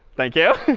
thank you.